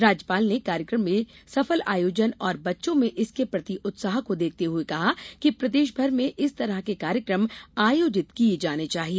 राज्यपाल ने कार्यक्रम के सफल आयोजन और बच्चों में इसके प्रति उत्साह को देखते हुए कहा है कि प्रदेशभर में इस तरह के कार्यक्रम आयोजित किये जाने चाहिए